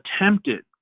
attempted